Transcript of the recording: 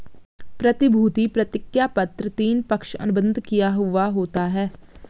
प्रतिभूति प्रतिज्ञापत्र तीन, पक्ष अनुबंध किया हुवा होता है